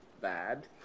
bad